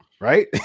right